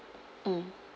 mm